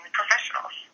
professionals